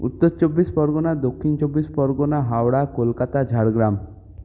Uttar Chabbish Pargana Dakshin Chabbish Pargana Howrah Kolkata Jhargram